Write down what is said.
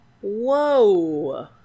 Whoa